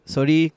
Sorry